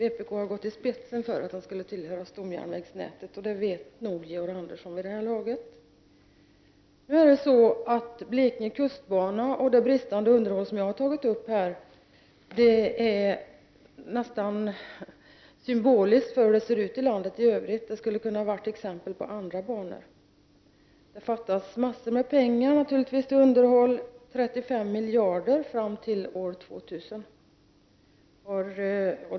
Vpk har gått i spetsen för att den skulle tillhöra stomjärnvägsnätet, som Georg Andersson nog vet vid det här laget. Det bristande underhållet av Blekinge kustbana, som jag har tagit upp, är nästan symboliskt för hur det ser ut i landet i övrigt — det skulle ha kunnat gälla andra banor. Det fattas naturligtvis massor av pengar till underhåll, närmare bestämt 35 miljarder fram till år 2000.